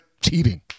cheating